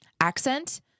accent